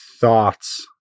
thoughts